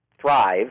thrive